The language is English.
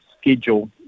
schedule